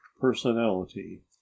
personality